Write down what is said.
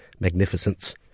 Magnificence